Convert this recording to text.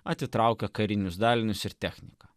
atitraukia karinius dalinius ir techniką